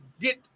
get